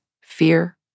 fear